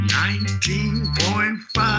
19.5